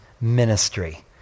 ministry